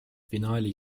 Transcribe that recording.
finaali